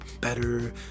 better